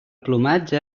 plomatge